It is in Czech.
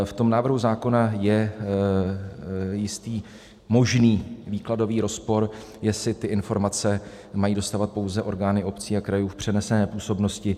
V tom návrhu zákona je jistý možný výkladový rozpor, jestli ty informace mají dostávat pouze orgány obcí a krajů v přenesené působnosti.